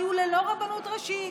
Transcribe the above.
היו ללא רבנות ראשית.